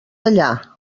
allà